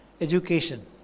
education